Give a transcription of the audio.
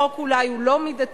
החוק אולי הוא לא מידתי.